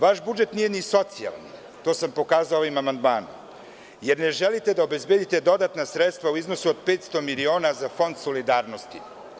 Vaš budžet nije ni socijalni, to sam pokazao ovim amandmanom, jer ne želite da obezbedite dodatna sredstva u iznosu od 500 miliona za Fonda solidarnosti.